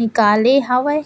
निकाले हावय